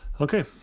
Okay